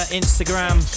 instagram